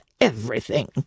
everything